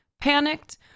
panicked